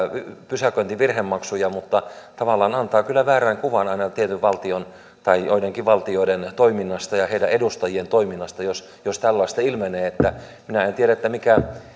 pysäköintivirhemaksuja mutta tavallaan antaa kyllä väärän kuvan aina tietyn valtion tai joidenkin valtioiden toiminnasta ja heidän edustajiensa toiminnasta jos jos tällaista ilmenee minä en tiedä mikä